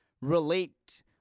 relate